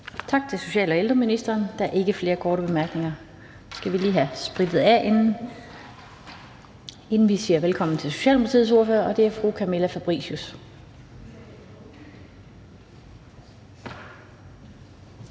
Tak til social- og ældreministeren. Der er ikke flere korte bemærkninger. Så skal vi lige have sprittet af, inden vi siger velkommen til Socialdemokratiets ordfører, og det er fru Camilla Fabricius.